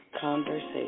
Conversation